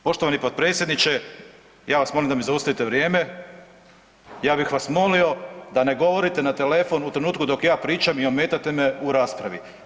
Poštovani potpredsjedniče, ja vas molim da mi zaustavite vrijeme, ja bih vas molio da ne govorite na telefon u trenutku dok ja pričam i ometate me u raspravi.